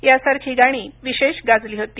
यांसारखी गाणी विशेष गाजली होती